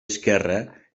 esquerre